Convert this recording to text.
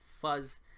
fuzz